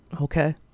okay